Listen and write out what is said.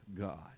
God